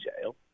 jail